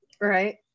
right